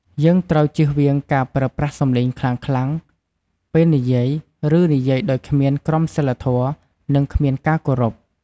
យើងត្រូវជៀសវាងការប្រើប្រាស់សម្លេងខ្លាំងៗពេលនិយាយ ឬនិយាយដោយគ្មានក្រមសីលធម៌ និងគ្មានការគោរព។